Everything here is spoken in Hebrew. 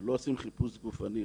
לא עושים חיפוש גופני,